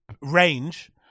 range